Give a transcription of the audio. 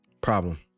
problem